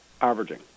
averaging